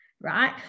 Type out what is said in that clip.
right